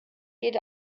geht